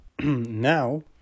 now